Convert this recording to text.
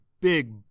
big